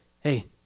hey